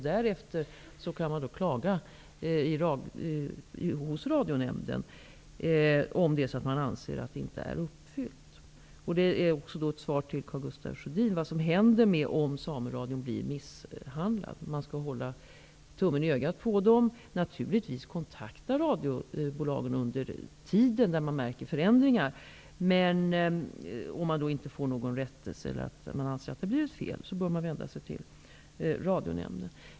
Därefter kan man klaga hos Radionämnden om man anser att beslutet inte är uppfyllt. Detta är också ett svar till Karl Gustaf Sjödin, om vad som händer om Sameradion blir misshandlad. Man skall hålla tummen i ögat på dem. Naturligtvis skall man kontakta radiobolagen under tiden när man märker förändringar. Men om man inte får någon rättelse eller anser att det har blivit fel bör man vända sig till Radionämnden.